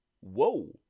Whoa